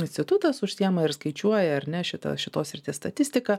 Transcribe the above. institutas užsiema ir skaičiuoja ar ne šitos šitos srities statistiką